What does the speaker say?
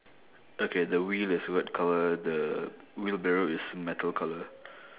okay the wheel is white colour the wheelbarrow is metal colour